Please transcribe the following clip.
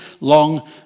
long